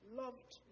loved